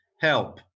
help